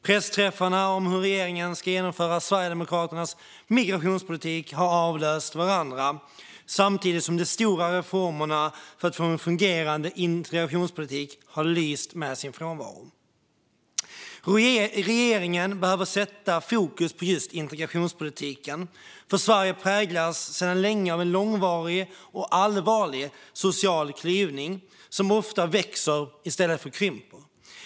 Pressträffarna om hur regeringen ska genomföra Sverigedemokraternas migrationspolitik har avlöst varandra, samtidigt som de stora reformerna för att få en fungerande integrationspolitik har lyst med sin frånvaro. Regeringen behöver sätta fokus på integrationspolitiken. Sverige präglas sedan länge av en långvarig och allvarlig social klyvning, som ofta växer i stället för att krympa.